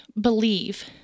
believe